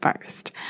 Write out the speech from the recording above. first